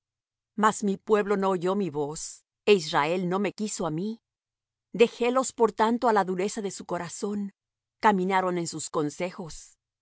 mas mi pueblo no oyó mi voz e israel no me quiso á mí dejélos por tanto á la dureza de su corazón caminaron en sus consejos